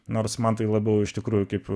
nors man tai labiau iš tikrųjų kaip